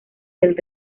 del